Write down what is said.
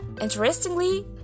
Interestingly